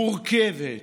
מורכבת,